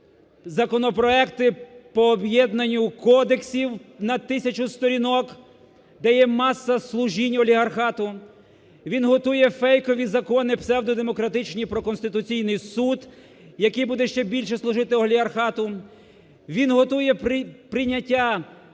законопроекти по об'єднанню кодексів на тисячу сторінок, де є маса служінь олігархату. Він готує фейкові закони, псевдодемократичні про Конституційний Суд, який буде ще більше служити олігархату. Він готує прийняття